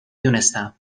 دونستم